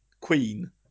Queen